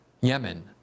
Yemen